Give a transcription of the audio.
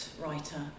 writer